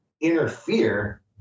interfere